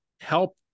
help